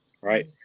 Right